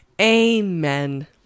Amen